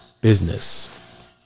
business